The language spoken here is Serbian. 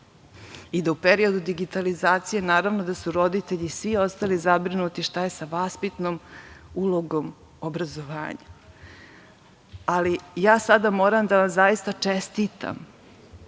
i da u periodu digitalizacije, naravno, da su roditelji i svi ostali zabrinuti šta je sa vaspitnom ulogom obrazovanja. Ja sada moram da vam čestitam